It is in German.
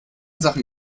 sachen